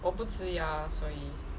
我不吃鸭所以